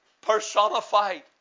personified